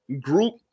group